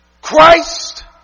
Christ